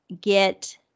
get